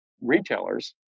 retailers